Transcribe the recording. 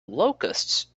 locusts